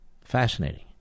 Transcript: Fascinating